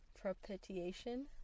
propitiation